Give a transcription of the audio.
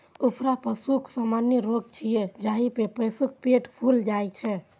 अफरा पशुक सामान्य रोग छियै, जाहि मे पशुक पेट फूलि जाइ छै